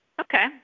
Okay